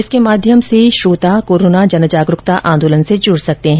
इसके माध्यम से सभी श्रोता कोरोना जनजागरुकता आंदोलन से जुड सकते हैं